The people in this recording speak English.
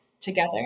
together